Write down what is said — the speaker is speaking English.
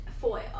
foil